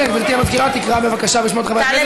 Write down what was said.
גברתי המזכירה תקרא בבקשה בשמות חברי הכנסת.